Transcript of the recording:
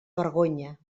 vergonya